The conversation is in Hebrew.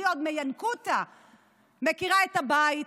אני עוד מינקותא מכירה את הבית,